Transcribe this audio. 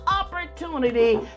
opportunity